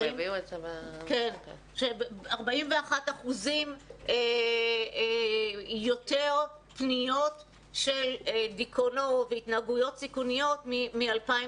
שיש 41% יותר פניות של דיכאונות והתנהגויות סיכוניות מ-2019.